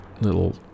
little